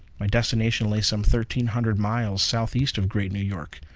my destination lay some thirteen hundred miles southeast of great new york.